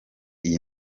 iyi